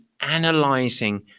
analyzing